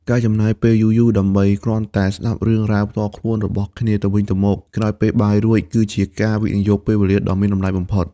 ការចំណាយពេលយូរៗដើម្បីគ្រាន់តែស្ដាប់រឿងរ៉ាវផ្ទាល់ខ្លួនរបស់គ្នាទៅវិញទៅមកក្រោយពេលបាយរួច គឺជាការវិនិយោគពេលវេលាដ៏មានតម្លៃបំផុត។